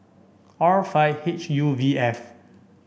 R five H U V F